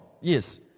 yes